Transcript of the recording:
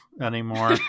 anymore